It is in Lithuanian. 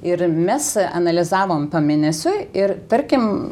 ir mes analizavom pamėnesiui ir tarkim